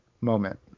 moment